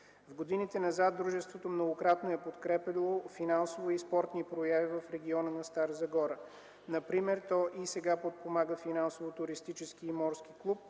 В годините назад дружеството многократно е подкрепяло финансови и спортни прояви в региона на Стара Загора. Например той и сега подпомага финансово туристически и морски клуб,